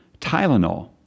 Tylenol